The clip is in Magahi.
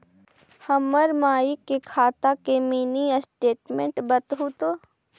हमर माई के खाता के मीनी स्टेटमेंट बतहु तो?